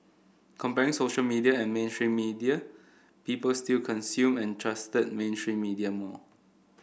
comparing social media and mainstream media people still consumed and trusted mainstream media more